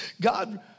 God